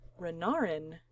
Renarin